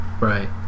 Right